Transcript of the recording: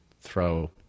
throw